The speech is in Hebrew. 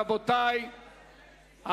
רבותי,